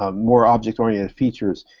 ah more object-oriented features,